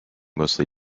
mostly